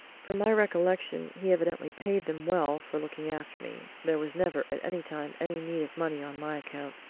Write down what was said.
from my recollection he evidently paid them well for looking after me there was never, at any time, any need of money on my account.